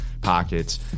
pockets